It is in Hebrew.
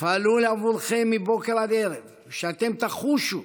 יפעלו עבורכם מבוקר עד ערב ושאתם תחושו